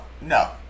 No